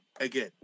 again